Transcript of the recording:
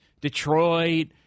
Detroit